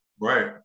Right